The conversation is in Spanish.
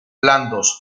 blandos